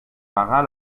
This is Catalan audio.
pagar